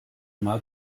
mal